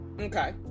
Okay